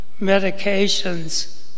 medications